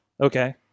Okay